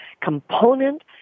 component